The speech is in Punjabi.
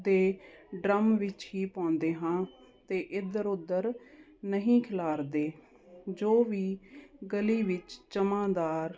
ਦੇ ਡਰੰਮ ਵਿੱਚ ਹੀ ਪਾਉਂਦੇ ਹਾਂ ਅਤੇ ਇੱਧਰ ਉੱਧਰ ਨਹੀਂ ਖਿਲਾਰਦੇ ਜੋ ਵੀ ਗਲੀ ਵਿੱਚ ਜਮਾਦਾਰ